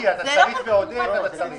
אתה צריך, מיקי, אתה צריך ועוד איך אתה צריך.